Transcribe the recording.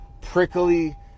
prickly